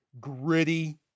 gritty